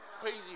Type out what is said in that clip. Crazy